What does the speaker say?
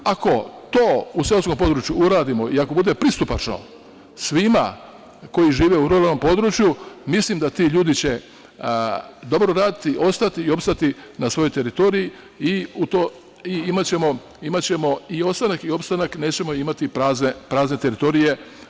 Ako to u seoskom području uradimo i ako bude pristupačno svima koji žive u ruralnom području, mislim da će ti ljudi dobro raditi, ostati i opstati na svojoj teritoriji i imaćemo i ostanak i opstanak, nećemo imati prazne teritorije.